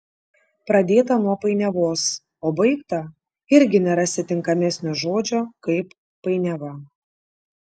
pradėta nuo painiavos o baigta irgi nerasi tinkamesnio žodžio kaip painiava